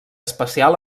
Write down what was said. especial